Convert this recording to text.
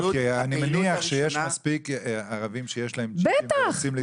אני מניח שיש מספיק ערבים שיש להם ג'יפים והם רוצים להתנדב.